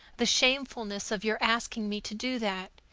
the shamefulness of your asking me to do that!